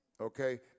okay